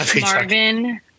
Marvin